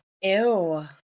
Ew